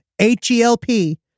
H-E-L-P